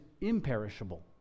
imperishable